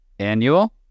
annual